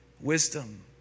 wisdom